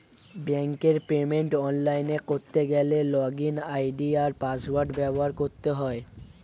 ব্যাঙ্কের পেমেন্ট অনলাইনে করতে গেলে লগইন আই.ডি আর পাসওয়ার্ড ব্যবহার করতে হয়